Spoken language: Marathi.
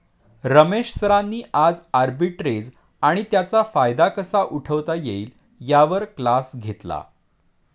रमेश सरांनी आज आर्बिट्रेज आणि त्याचा फायदा कसा उठवता येईल यावर क्लास घेतला